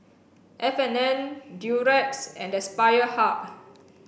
F and N Durex and Aspire Hub